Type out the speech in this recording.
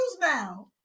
now